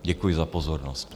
Děkuji za pozornost.